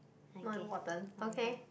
not important okay